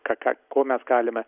ką ką kuo mes galime